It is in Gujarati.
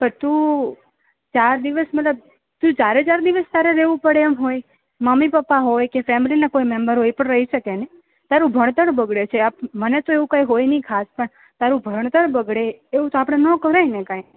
પર તું ચાર દિવસ મતલબ ચારેચરદીવાસ તારે રહેવું પડે એમ હોય મમ્મી પપ્પા હોય કે ફેમિલીના કોઈ મેમ્બર હોય એ પણ રહી શકેને તારું ભણતર બગડે છે મને તો એવું કૈયા હોય નઇ ખાસ પણ તારું ભણતર બગડે એવું તો નો કરાયને કાઈ